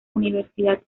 universidad